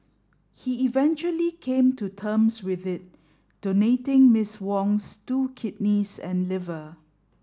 he eventually came to terms with it donating Ms Wong's two kidneys and liver